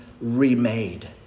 remade